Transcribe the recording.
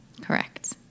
Correct